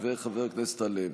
ואת חבר הכנסת הלוי.